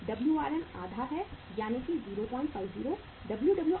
WRM आधा है यानी 050